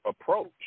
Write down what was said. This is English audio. approach